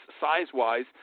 size-wise